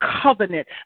covenant